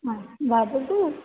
हा वदतु